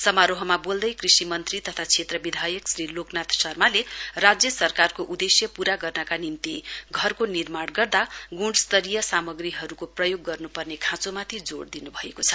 समारोहमा बोल्दै कृषि मन्त्री तथा क्षेत्र विधायक श्री लोकनाथ शर्माले राज्य सरकारको उद्देश्य पूरा गर्नका निम्ति घरको निर्माण गर्दा ग्णस्तरीय सामाग्रीहरूको प्रयोग गर्न्पर्ने खाँचोमाथि जोड दिन् भएको छ